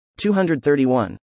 231